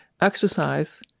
exercise